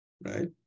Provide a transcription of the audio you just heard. right